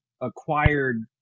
acquired